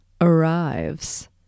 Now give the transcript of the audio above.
arrives